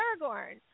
Aragorn